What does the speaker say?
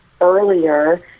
earlier